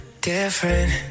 different